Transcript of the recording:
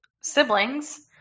siblings